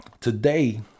today